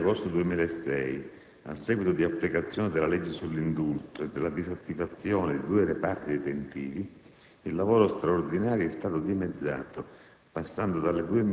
Dal mese di agosto 2006, a seguito dell'applicazione della legge sull'indulto e della disattivazione di due reparti detentivi, il lavoro straordinario è stato dimezzato,